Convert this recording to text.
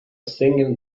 single